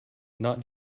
not